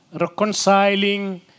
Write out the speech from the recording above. reconciling